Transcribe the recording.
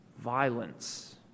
violence